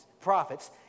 prophets